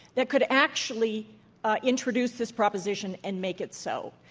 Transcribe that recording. that could actually introduce this proposition and make it so.